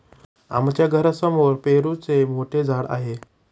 आमच्या घरासमोर पेरूचे मोठे झाड आहे